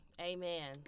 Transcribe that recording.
Amen